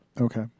okay